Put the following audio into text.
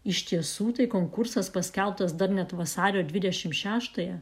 iš tiesų tai konkursas paskelbtas dar net vasario dvidešimt šetąją